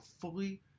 fully